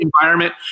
environment